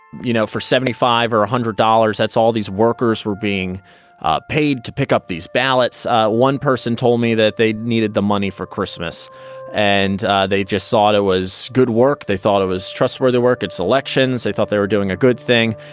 you know, seventy five or a hundred dollars, that's all these workers were being paid to pick up these ballots one person told me that they needed the money for christmas and they just thought it was good work. they thought it was trustworthy work, its elections. they thought they were doing a good thing.